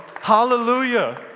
Hallelujah